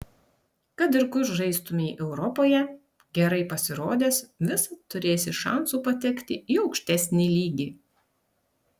kad ir kur žaistumei europoje gerai pasirodęs visad turėsi šansų patekti į aukštesnį lygį